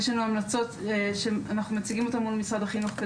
יש לנו המלצות שאנחנו מציגים אותן מול משרד החינוך,